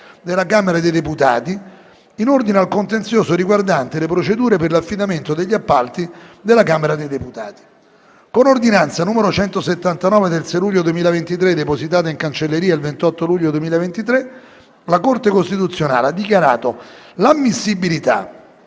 della Camera dei deputati in ordine al contenzioso riguardante le procedure per l'affidamento degli appalti della Camera dei deputati. Con ordinanza n. 179 del 6 luglio 2023, depositata in cancelleria il 28 luglio 2023, la Corte costituzionale ha dichiarato l'ammissibilità